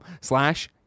slash